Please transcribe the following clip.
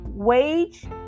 wage